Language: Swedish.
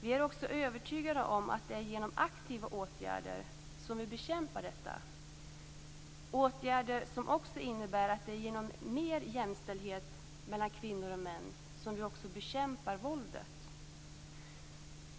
Vi är också övertygade om att det är genom aktiva åtgärder som vi bekämpar detta - åtgärder som också innebär att det är genom mer jämställdhet mellan kvinnor och män som vi bekämpar våldet.